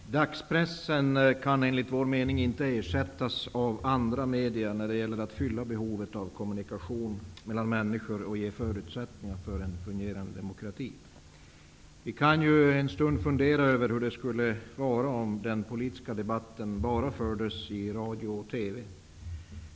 Fru talman! Dagspressen kan enligt vår mening inte ersättas av andra medier när det gäller att fylla behovet av kommunikation mellan människor och ge förutsättningar för en fungerande demokrati. Vi kan en stund fundera över hur det skulle vara om den politiska debatten fördes bara i radio och TV.